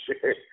sure